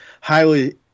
highly